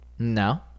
No